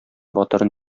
батырын